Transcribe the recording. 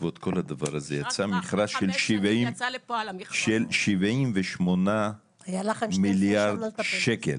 בעקבות כל הדבר הזה יצא מכרז של 78 מיליארד שקלים.